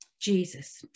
Jesus